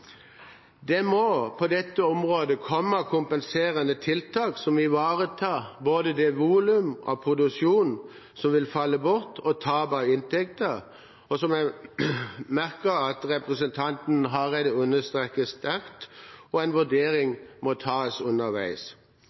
Det må på dette området komme kompenserende tiltak som ivaretar både det volum av produksjon som vil falle bort, og tap av inntekter, som jeg merket at representanten Hareide understreket sterkt, og en vurdering må gjøres underveis.